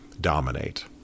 dominate